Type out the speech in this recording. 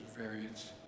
variants